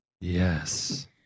Yes